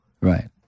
Right